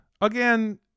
Again